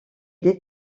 des